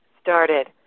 started